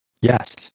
Yes